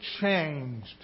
changed